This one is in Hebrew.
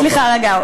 סליחה, רגע.